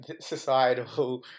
societal